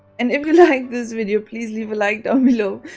and if you like this video, please leave a like down below.